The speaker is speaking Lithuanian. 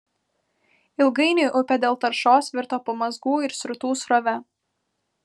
ilgainiui upė dėl taršos virto pamazgų ir srutų srove